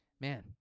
Man